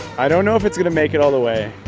i don't know if it's going to make it all the way.